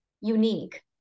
unique